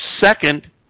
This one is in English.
Second